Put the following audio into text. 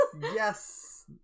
Yes